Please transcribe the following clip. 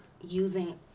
using